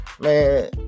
Man